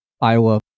Iowa